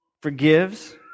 forgives